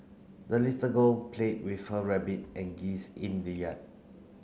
the little girl played with her rabbit and geese in the yard